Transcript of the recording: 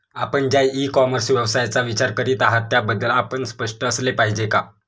आपण ज्या e commerce व्यवसायाचा विचार करीत आहात त्याबद्दल आपण स्पष्ट असले पाहिजे का?